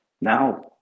Now